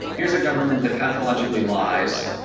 here's a government that pathologically lies,